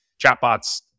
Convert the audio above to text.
chatbots